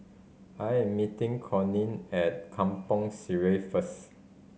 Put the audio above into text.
I'm meeting Corinne at Kampong Sireh first